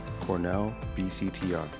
CornellBCTR